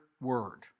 word